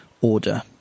Order